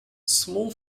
small